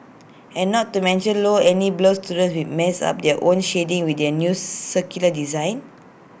and not to mention low any blur students will mess up their own shading with the new circular design